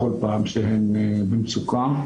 בכל פעם שהן במצוקה.